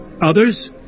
Others